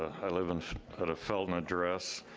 ah i live and at a felton address.